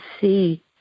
see